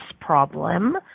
problem